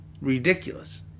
ridiculous